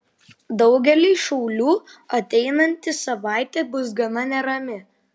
daugeliui šaulių ateinanti savaitė bus gana nerami